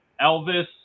Elvis